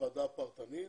הוועדה הפרטנית.